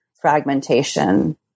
fragmentation